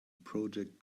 project